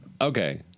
Okay